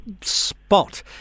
spot